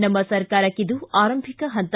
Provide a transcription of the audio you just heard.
ನಮ್ಮ ಸರ್ಕಾರಕ್ಷಿದು ಆರಂಭಿಕ ಹಂತ